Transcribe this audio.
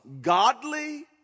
Godly